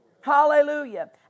Hallelujah